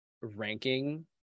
ranking